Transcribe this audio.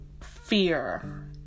fear